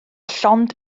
llond